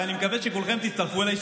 ואני מקווה שכולכם תצטרפו אליי,